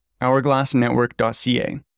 hourglassnetwork.ca